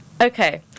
Okay